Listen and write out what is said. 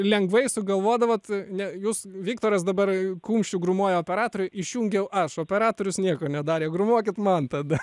lengvai sugalvodavot ne jūs viktoras dabar kumščiu grūmoja operatoriui išjungiau aš operatorius nieko nedarė grūmokit man tada